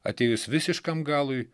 atėjus visiškam galui